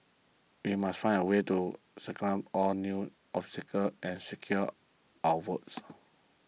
we must find a way to circumvent all these new obstacles and secure our votes